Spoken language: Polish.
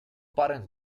parę